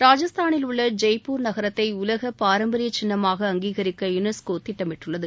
ராஜஸ்தானில் உள்ள ஜெய்ப்பூர் நகரத்தை உலக பாரம்பரிய சின்னமாக அங்கீகரிக்கயுனஸ்கோ திட்டமிட்டுள்ளது